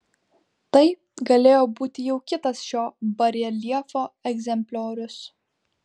tai galėjo būti jau kitas šio bareljefo egzempliorius